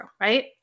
right